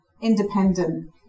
independent